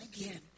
again